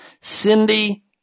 Cindy